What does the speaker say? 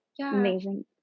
Amazing